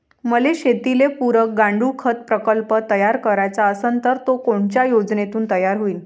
मले शेतीले पुरक गांडूळखत प्रकल्प तयार करायचा असन तर तो कोनच्या योजनेतून तयार होईन?